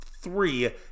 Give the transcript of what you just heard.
three